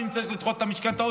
ואם צריך לדחות את המשכנתאות,